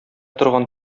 торган